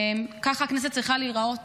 ככה הכנסת צריכה להיראות